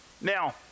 Now